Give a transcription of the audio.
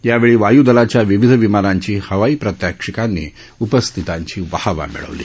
यावेळी वायूदलाच्या विविध विमानांची हवाई प्रात्याक्षिकांनी उपस्थितांची वाहवा मिळवली